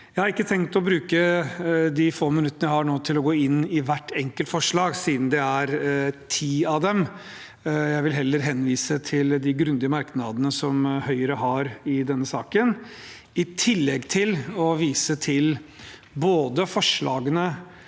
Jeg har ikke tenkt å bruke de få minuttene jeg har nå, til å gå inn i hvert enkelt forslag, siden det er ti av dem. Jeg vil heller henvise til de grundige merknadene som Høyre har i denne saken, og i tillegg vise til både forslagene